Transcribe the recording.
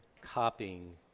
copying